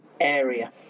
area